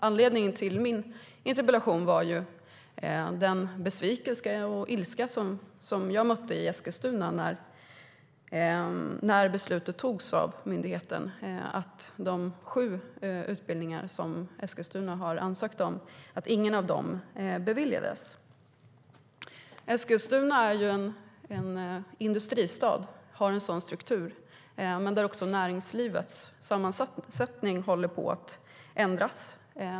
Anledningen till min interpellation var den besvikelse och ilska som jag mötte i Eskilstuna när beslutet fattades av myndigheten att inte bevilja någon av de sju utbildningar som Eskilstuna ansökte om. Eskilstuna är en industristad och har en sådan struktur. Näringslivets sammansättning håller också på att ändras.